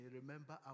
remember